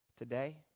Today